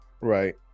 Right